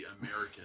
american